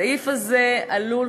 הסעיף הזה עלול,